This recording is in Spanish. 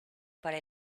para